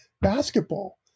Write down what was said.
basketball